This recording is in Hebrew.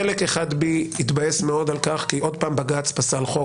שחלק אחד בי יתבאס מאוד על כך כי עוד פעם בג"צ פסל חוק